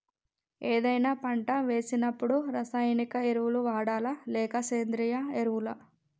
ఏదైనా పంట వేసినప్పుడు రసాయనిక ఎరువులు వాడాలా? లేక సేంద్రీయ ఎరవులా?